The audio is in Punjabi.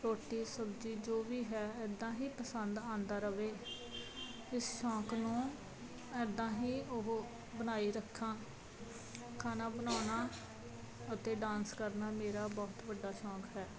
ਰੋਟੀ ਸਬਜ਼ੀ ਜੋ ਵੀ ਹੈ ਇੱਦਾਂ ਹੀ ਪਸੰਦ ਆਉਂਦਾ ਰਹੇ ਇਸ ਸ਼ੌਕ ਨੂੰ ਇੱਦਾਂ ਹੀ ਉਹ ਬਣਾਈ ਰੱਖਾਂ ਖਾਣਾ ਬਣਾਉਣਾ ਅਤੇ ਡਾਂਸ ਕਰਨਾ ਮੇਰਾ ਬਹੁਤ ਵੱਡਾ ਸ਼ੌਕ ਹੈ